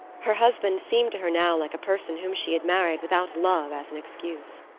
her husband seemed to her now like a person whom she had married without love as an excuse.